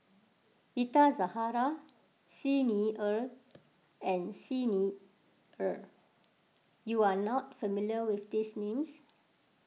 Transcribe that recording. Rita Zahara Xi Ni Er and Xi Ni Er you are not familiar with these names